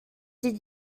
did